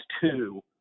two